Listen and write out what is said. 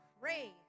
pray